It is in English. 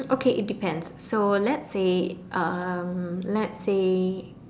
okay it depends so let's say um let's say